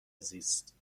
زیست